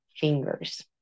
fingers